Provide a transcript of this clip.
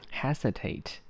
hesitate